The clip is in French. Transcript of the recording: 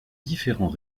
différents